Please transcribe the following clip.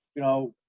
you know,